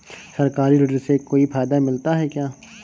सरकारी ऋण से कोई फायदा मिलता है क्या?